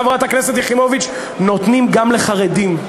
חברת הכנסת יחימוביץ: נותנים גם לחרדים,